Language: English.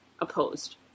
opposed